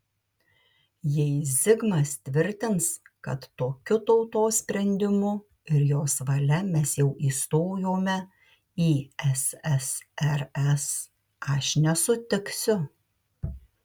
jei zigmas tvirtins kad tokiu tautos sprendimu ir jos valia mes jau įstojome į ssrs aš nesutiksiu